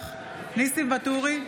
נגד ניסים ואטורי,